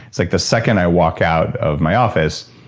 it's like the second i walk out of my office,